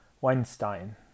Weinstein